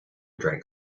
drank